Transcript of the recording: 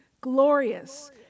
glorious